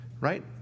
right